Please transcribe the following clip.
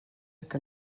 que